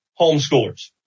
homeschoolers